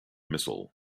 missile